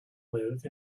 live